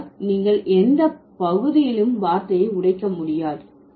அதனால் நீங்கள் எந்த பகுதியிலும் வார்த்தையை உடைக்க முடியாது